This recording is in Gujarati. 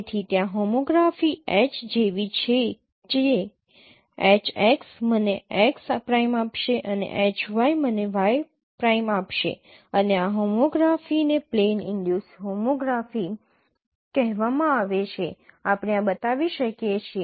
તેથી ત્યાં હોમોગ્રાફી H જેવી છે જે Hx મને x પ્રાઇમ આપશે અને Hy મને y પ્રાઇમ આપશે અને આ હોમોગ્રાફીને પ્લેન ઈનડ્યુસ હોમોગ્રાફી કહેવામાં આવે છે આપણે આ બતાવી શકીએ છીએ